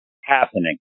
happening